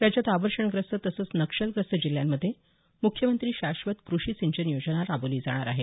राज्यात अवर्षणग्रस्त तसंच नक्षलग्रस्त जिल्ह्यांमध्ये मुख्यमंत्री शाश्वत कृषी सिंचन योजना राबवली जाणार आहे